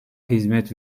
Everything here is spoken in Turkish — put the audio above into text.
hizmet